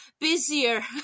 busier